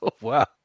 Wow